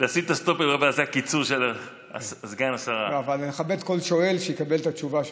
אבל אני מכבד כל שואל שיקבל את התשובה שלו.